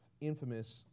infamous